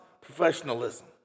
professionalism